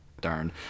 darn